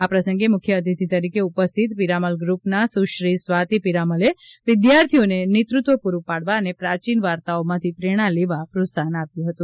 આ પ્રસંગે મુખ્ય અતિથિ તરીકે ઉપસ્થિત પિરામલ ગ્રૂપના સુશ્રી સ્વાતિ પિરામલે વિદ્યાર્થીઓને નેતૃત્વ પૂર્રં પાડવા અને પ્રાચીન વાર્તાઓમાંથી પ્રેરણા લેવા પ્રોત્સાહન આપ્યું હતું